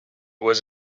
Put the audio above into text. was